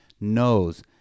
knows